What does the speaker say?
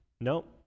nope